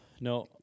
no